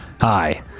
Hi